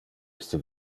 iste